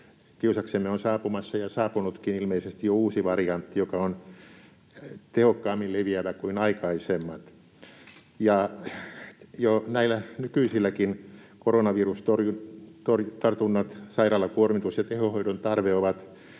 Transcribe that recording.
on saapumassa ja saapunutkin ilmeisesti jo uusi variantti, joka on tehokkaammin leviävä kuin aikaisemmat, ja jo näillä nykyisilläkin koronavirustartunnat, sairaalakuormitus ja tehohoidon tarve ovat